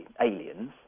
aliens